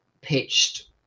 pitched